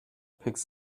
picks